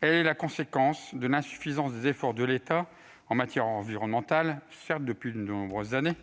Elle est la conséquence de l'insuffisance des efforts de l'État en matière environnementale, certes depuis de nombreuses années.